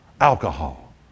alcohol